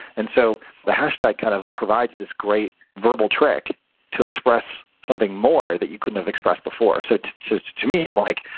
and so the hashtag kind of provides this great verbal trick to express something more that you couldn't have expressed before. so to to me, i'm, like,